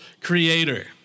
creator